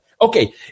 Okay